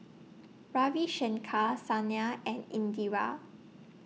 Ravi Shankar Sanal and Indira